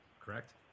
correct